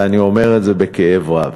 ואני אומר את זה בכאב רב.